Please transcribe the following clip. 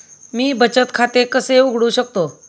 मी बचत खाते कसे उघडू शकतो?